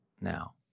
now